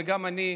וגם אני,